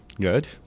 Good